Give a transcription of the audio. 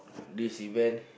this event